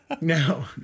No